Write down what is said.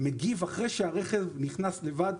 מגיב אחרי שהרכב נכנס לבד.